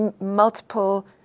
multiple